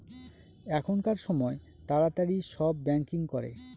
এখনকার সময় তাড়াতাড়ি সব ব্যাঙ্কিং করে